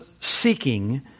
seeking